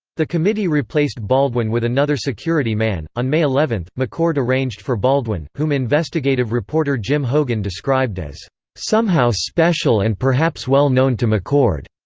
the committee replaced baldwin with another security man on may eleven, mccord mccord arranged for baldwin, whom investigative reporter jim hougan described as somehow special and perhaps well known to mccord,